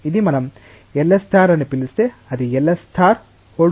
ఇది మనం Ls అని పిలిస్తే అది Ls 3 యొక్క ఆర్డర్ కావచ్చు